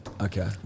Okay